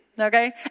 okay